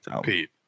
Pete